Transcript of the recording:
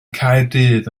caerdydd